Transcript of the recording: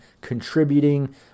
contributing